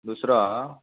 दुसरो आहा